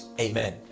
Amen